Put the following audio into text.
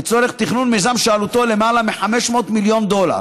לצורך תכנון מיזם שעלותו למעלה מ-500 מיליון דולר.